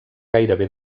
gairebé